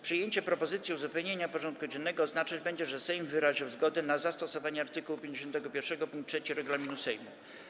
Przyjęcie propozycji uzupełnienia porządku dziennego oznaczać będzie, że Sejm wyraził zgodę na zastosowanie art. 51 pkt 3 regulaminu Sejmu.